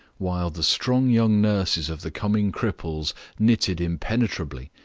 while the strong young nurses of the coming cripples knitted impenetrably,